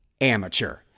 amateur